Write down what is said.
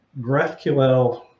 GraphQL